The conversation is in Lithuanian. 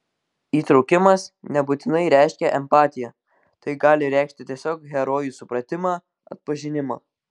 įtraukimas nebūtinai reiškia empatiją tai gali reikšti tiesiog herojų supratimą atpažinimą